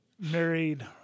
married